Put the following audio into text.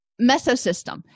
mesosystem